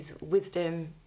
wisdom